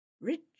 rich